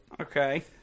Okay